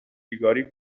بیگاری